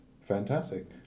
Fantastic